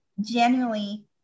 genuinely